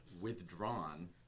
withdrawn